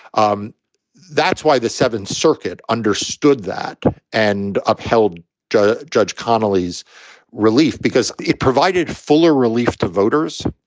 um that's why the seventh circuit understood that and upheld judge judge connally's relief because it provided fuller relief to voters.